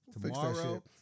Tomorrow